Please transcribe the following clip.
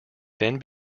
then